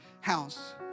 house